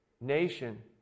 nation